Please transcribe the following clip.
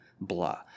blah